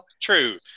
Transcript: True